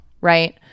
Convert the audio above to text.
right